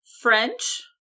French